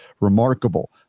remarkable